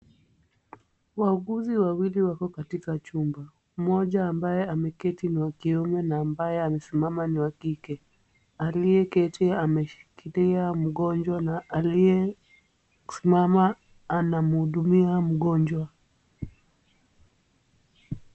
Wauguzi wawili wako katika chumba , mmoja ambaye ameketi ni wa kiume na ambaye amesimama ni wa kike. Aliyeketi ameshikilia mgonjwa na aliyesimama anamhudumia mgonjwa.